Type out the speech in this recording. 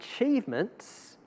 achievements